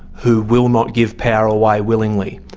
who will not give power away willingly.